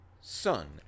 Sun